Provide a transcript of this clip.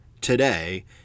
today